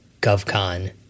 GovCon